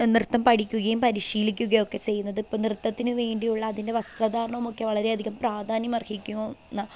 നൃത്തം പഠിക്കുകയും പരിശീലിക്കുകയൊക്കെ ചെയ്യുന്നത് ഇപ്പോൾ നൃത്തത്തിന് വേണ്ടിയുള്ള അതിൻ്റെ വസ്ത്രധാരണമൊക്കെ വളരെയധികം പ്രാധാന്യം അർഹിക്കുന്ന ഒന്നാണ്